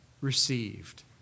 received